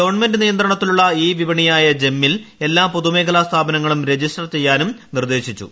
government നിയന്ത്രണത്തിലുള്ള e വിപണിയായ ജെമ്മിൽ എല്ലാ പൊതുമേഖലാ സ്ഥാപനങ്ങളും രജിസ്റ്റർ ചെയ്യാൻ നിർദ്ദേശിച്ചു